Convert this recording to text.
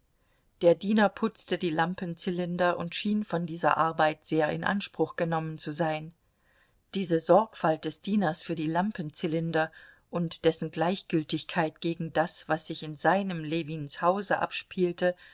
der diener putzte die lampenzylinder und schien von dieser arbeit sehr in anspruch genommen zu sein diese sorgfalt des dieners für die lampenzylinder und dessen gleichgültigkeit gegen das was sich in seinem ljewins hause abspielte